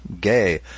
gay